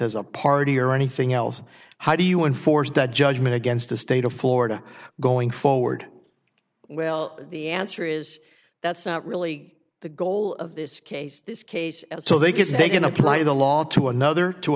as a party or anything else how do you enforce that judgment against the state of florida going forward well the answer is that's not really the goal of this case this case so they can say they can apply the law to another t